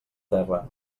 terra